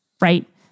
right